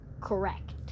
correct